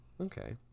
Okay